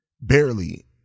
Barely